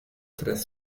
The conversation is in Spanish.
tres